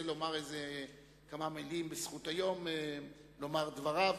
לומר כמה מלים בזכות היום לומר את דבריו.